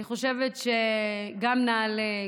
אני חושבת שגם נעל"ה,